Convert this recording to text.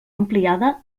ampliada